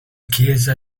chiesa